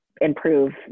improve